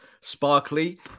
sparkly